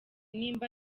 nimba